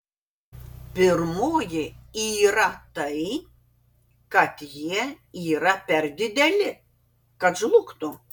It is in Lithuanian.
pirmoji yra tai kad jie yra per dideli kad žlugtų